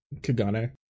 Kagane